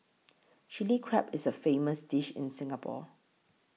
Chilli Crab is a famous dish in Singapore